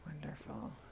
Wonderful